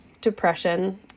depression